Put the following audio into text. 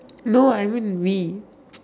no I mean we